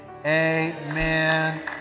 Amen